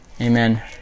Amen